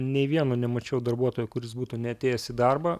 nei vieno nemačiau darbuotojo kuris būtų neatėjęs į darbą